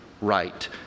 right